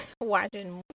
watching